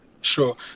Sure